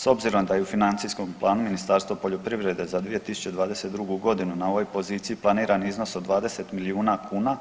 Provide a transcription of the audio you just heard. S obzirom da je u financijskom planu Ministarstva poljoprivrede za 2022. godinu na ovoj poziciji planiran iznos od 20 milijuna kuna